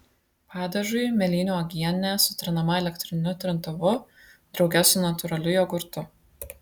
padažui mėlynių uogienė sutrinama elektriniu trintuvu drauge su natūraliu jogurtu